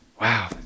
wow